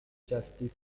justice